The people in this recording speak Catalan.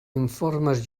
informes